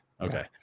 Okay